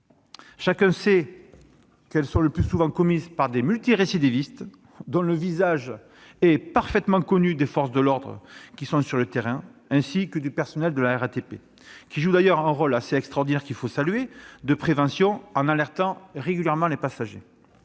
Chacun sait qu'elles sont le plus souvent commises par des multirécidivistes dont le visage est parfaitement connu des forces de l'ordre sur le terrain, ainsi que du personnel de la RATP. Celui-ci joue d'ailleurs un rôle extraordinaire de prévention, que je salue, en alertant régulièrement les passagers.